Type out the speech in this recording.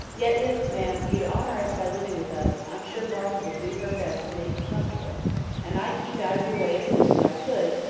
yet if, ma'am, you'd honour us by living with us, i'm sure martha would do her best to make you comfortable and i'd keep out of your way as much as i could,